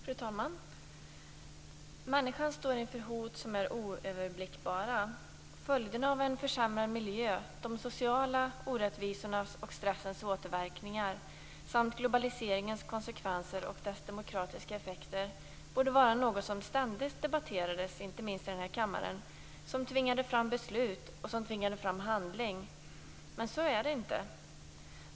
Fru talman! Människan står inför hot som är oöverblickbara. Följderna av en försämrad miljö, de sociala orättvisornas och stressens återverkningar samt globaliseringens konsekvenser och dess demokratiska effekter borde vara något som ständigt debatterades, inte minst i den här kammaren. Det borde vara något som tvingade fram beslut och som tvingade fram handling. Men så är det inte.